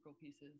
pieces